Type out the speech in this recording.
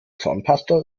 zahnpasta